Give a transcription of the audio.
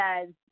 says